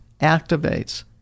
activates